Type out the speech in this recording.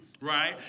right